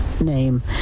name